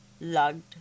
Lugged